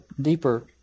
deeper